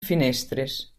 finestres